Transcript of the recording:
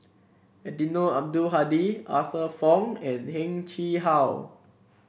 Eddino Abdul Hadi Arthur Fong and Heng Chee How